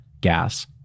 gas